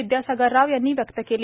विद्यासागर राव यांनी व्यक्त केली